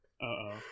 Uh-oh